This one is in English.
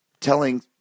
telling